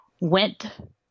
went